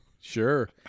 Sure